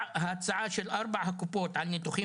"..ההצעה של ארבעת קופות החולים על ניתוחים